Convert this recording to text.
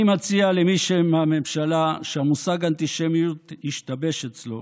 אני מציע למי מהממשלה שהמושג אנטישמיות השתבש אצלו